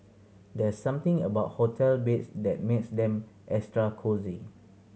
there's something about hotel beds that makes them extra cosy